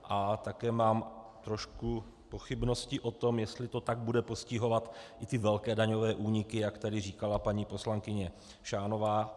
A také mám trošku pochybnosti o tom, jestli to tak bude postihovat i velké daňové úniky, jak tady říkala paní poslankyně Šánová.